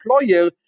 employer